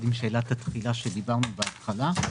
עם שאלת התחילה שדיברנו עליה בהתחלה.